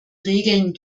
regeln